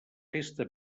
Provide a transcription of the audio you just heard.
festa